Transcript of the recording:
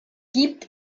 gibt